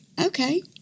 okay